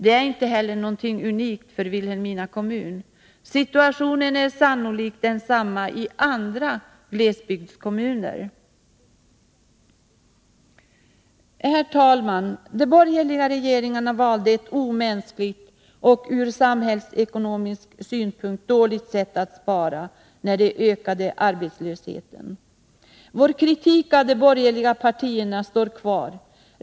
Det är inte heller något unikt för Vilhelmina kommun. Situationen är sannolikt densamma i andra glesbygdskommuner. Herr talman! De borgerliga regeringarna valde ett omänskligt och ur samhällsekonomisk synpunkt dåligt sätt att spara när de ökade arbetslösheten. Vår kritik mot de borgerliga partierna står kvar.